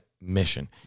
mission